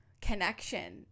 Connection